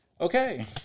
Okay